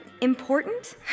important